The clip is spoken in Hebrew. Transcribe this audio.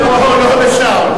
לא, לא לשם.